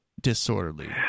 disorderly